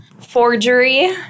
forgery